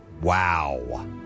Wow